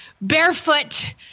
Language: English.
barefoot